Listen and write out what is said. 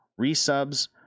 resubs